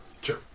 Sure